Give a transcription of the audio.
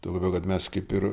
tuo labiau kad mes kaip ir